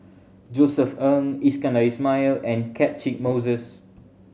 Josef Ng Iskandar Ismail and Catchick Moses